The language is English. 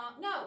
no